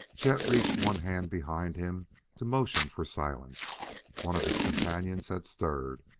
chet reached one hand behind him to motion for silence one of his companions had stirred,